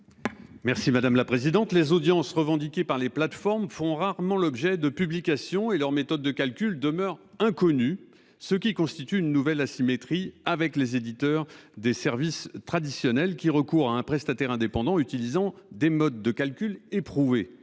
l'avis de la commission ? Les audiences revendiquées par les plateformes font rarement l'objet de publications, et leurs méthodes de calcul demeurent inconnues, ce qui constitue une nouvelle asymétrie avec les éditeurs de services traditionnels, lesquels recourent à un prestataire indépendant utilisant des modes de calcul éprouvés.